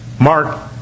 Mark